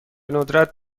ندرت